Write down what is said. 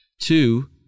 Two